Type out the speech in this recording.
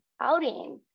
outing